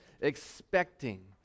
Expecting